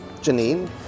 Janine